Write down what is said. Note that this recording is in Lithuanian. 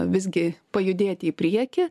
visgi pajudėti į priekį